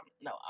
no